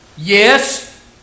Yes